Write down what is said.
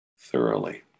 thoroughly